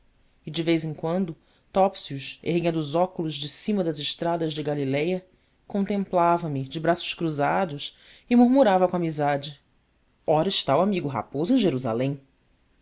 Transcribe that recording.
e de vez em quando topsius erguendo os óculos de cima das estradas de galiléia contemplava me de braços cruzados e murmurava com amizade ora está o amigo raposo em jerusalém